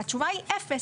והתשובה היא אפס.